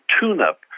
tune-up